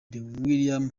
willie